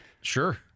Sure